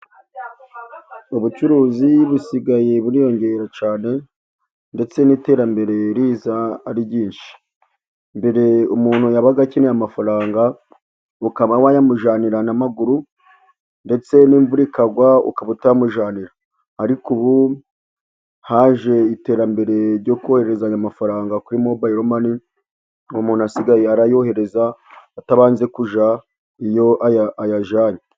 Ubucuruzi busigaye bwiyongera cyane ndetse n'iterambere riza ari ryinshi. Mbere umuntu yabaga akeneye amafaranga ukaba wayamujyanira n'amaguru, ndetse n'imvura ikagwa ukaba utayamujyanira, ariko ubu haje iterambere ryo kohereza amafaranga kuri mobayiromani, umuntu asigaye ayohereza atabanje kujya iyo ayajyanye.